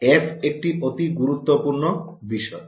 F একটি অতি গুরুত্বপূর্ণ বিষয়